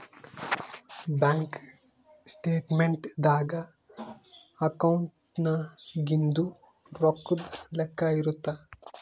bank statement ದಾಗ ಅಕೌಂಟ್ನಾಗಿಂದು ರೊಕ್ಕದ್ ಲೆಕ್ಕ ಇರುತ್ತ